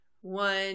one